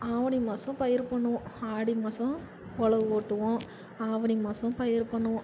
ஆவணி மாதம் பயிர் பண்ணுவோம் ஆடி மாதம் உலவு ஓட்டுவோம் ஆவணி மாதம் பயிர் பண்ணுவோம்